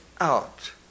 out